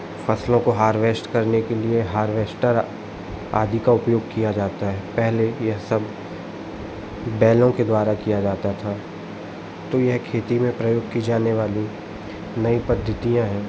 फसलों को हार्वेस्ट करने के लिए हार्वेस्टर आदि का उपयोग किया जाता है पहले यह सब बैलों के द्वारा किया जाता था तो यह खेती में प्रयोग कि जाने वाली नई पद्धतियाँ हैं